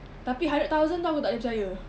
tapi hundred thousand tu aku tak boleh percaya